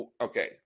okay